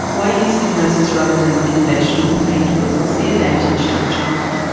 why use hypnosis rather than conventional pain killers, what's the advantage to the child?